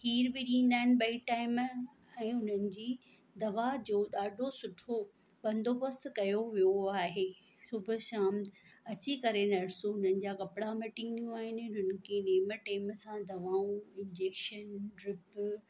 खीर बि ॾींदा आहिनि ॿई टाईम ऐं उन्हनि जी दवा जो ॾाढो सुठो बंदोबस्तु कियो वियो आहे सुबूह शाम अची करे नर्सूं हुननि जा कपिड़ा मटींदियूं आहिनि हुननि खे नेम टेम सां दवाऊं इंजेक्शन रिपोट